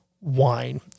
wine